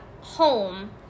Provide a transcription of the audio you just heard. home